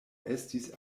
estis